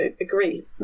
agree